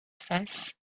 fasse